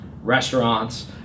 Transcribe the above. restaurants